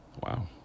Wow